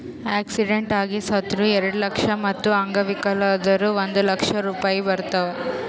accident ಆಗಿ ಸತ್ತುರ್ ಎರೆಡ ಲಕ್ಷ, ಮತ್ತ ಅಂಗವಿಕಲ ಆದುರ್ ಒಂದ್ ಲಕ್ಷ ರೂಪಾಯಿ ಬರ್ತಾವ್